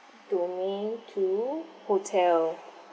domain two hotel